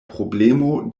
problemo